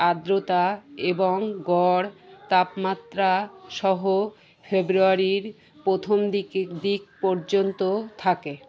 আর্দ্রতা এবং গড় তাপমাত্রা সহ ফেব্রুয়ারির প্রথম দিকে দিক পর্যন্ত থাকে